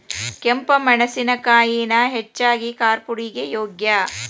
ಕೆಂಪ ಮೆಣಸಿನಕಾಯಿನ ಹೆಚ್ಚಾಗಿ ಕಾರ್ಪುಡಿಗೆ ಯೋಗ್ಯ